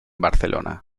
barcelona